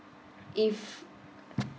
if